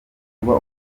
kuba